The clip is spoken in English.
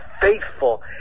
faithful